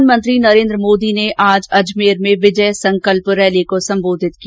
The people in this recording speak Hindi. प्रधानमंत्री नरेन्द्र मोदी ने आज अजमेर में विजय संकल्प सभा को संबोधित किया